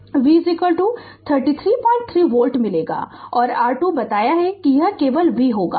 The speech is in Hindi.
Refer Slide Time 0359 V 333 volt मिलेगा और R2 बताया है कि यह केवल v होगा